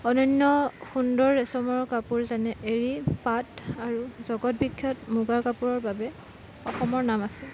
অনন্য় সুন্দৰ ৰেচমৰ কাপোৰ যেনে এৰী পাট আৰু জগত বিখ্য়াত মুগা কাপোৰৰ বাবে অসমৰ নাম আছে